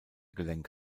gelenk